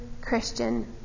Christian